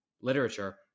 literature